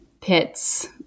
pits